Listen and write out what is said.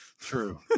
true